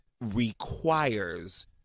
requires